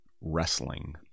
wrestling